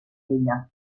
vella